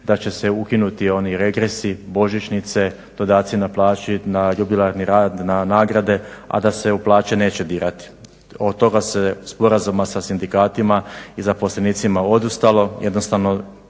da će se ukinuti oni regresi, božićnice, dodaci na plaće, na jubilarni rad, na nagrade, a da se u plaće neće dirati. Od toga se sporazuma sa sindikatima i zaposlenicima odustalo.